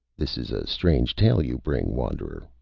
this is a strange tale you bring, wanderer.